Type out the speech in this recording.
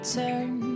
turn